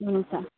हुन्छ